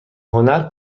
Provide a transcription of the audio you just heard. هنر